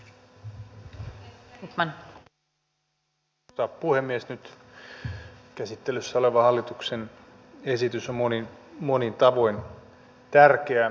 nyt käsittelyssä oleva hallituksen esitys on monin tavoin tärkeä